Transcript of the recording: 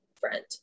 friend